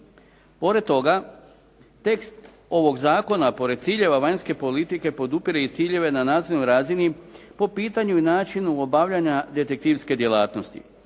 Pored toga, tekst ovog zakona pored ciljeva vanjske politike podupire i ciljeve na nacionalnoj razini po pitanju i načinu obavljanja detektivske djelatnosti,